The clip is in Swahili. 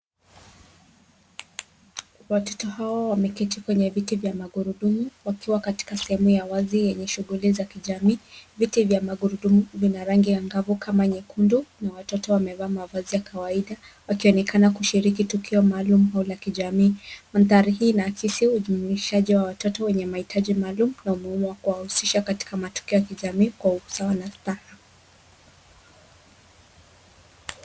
Watoto hawa wameketi kwenye viti vya magurudumu wakiwa katika sehemu ya wazi yenye shughuli za kijamii. Viti vya magurudumu vina rangi angavu kama nyekundu na watoto wamevaa mavazi ya kawaida wakionekana kushiriki tukio maalum au la kijamii. Mandhari hii inaakisi ujumuishaji wa watoto wenye mahitaji maalum na umuhimu wa kuwahusisha katika matukio ya kijamii kwa usawa na staha.